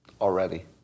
already